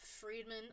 Friedman